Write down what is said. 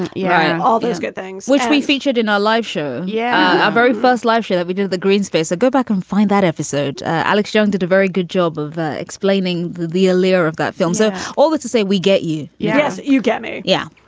yeah and all these good things which we featured in our life show. yeah. our very first love show that we do the greenspace a go back and find that episode. alex jones did a very good job of ah explaining the the ilir of that film. so all that to say we get you yes. you get me. yeah.